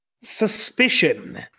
suspicion